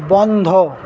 বন্ধ